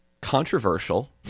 controversial